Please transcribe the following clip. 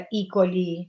equally